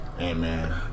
Amen